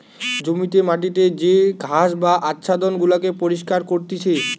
জমিতে মাটিতে যে ঘাস বা আচ্ছাদন গুলাকে পরিষ্কার করতিছে